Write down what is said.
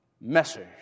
Message